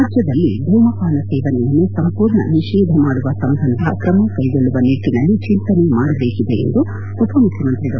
ರಾಜ್ಯದಲ್ಲಿ ಧೂಮಪಾನ ಸೇವನೆಯನ್ನು ಸಂಪೂರ್ಣ ನಿಷೇಧ ಮಾಡುವ ಸಂಬಂಧ ಕ್ರಮ ಕೈಗೊಳ್ಳುವ ನಿಟ್ಟಿನಲ್ಲಿ ಚೆಂತನೆ ಮಾಡಬೇಕಿದೆ ಎಂದು ಉಪಮುಖ್ಯಮಂತ್ರಿ ಡಾ